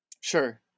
Sure